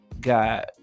got